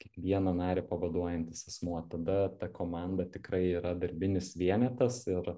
kiekvieną narį pavaduojantis asmuo tada ta komanda tikrai yra darbinis vienetas ir